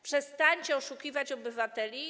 Przestańcie oszukiwać obywateli.